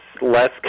less